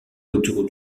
autour